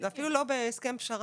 זה אפילו לא בהסכם פשרה.